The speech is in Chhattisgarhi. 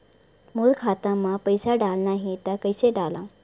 मोर खाता म पईसा डालना हे त कइसे डालव?